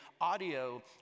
audio